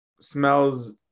smells